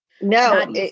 no